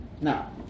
Now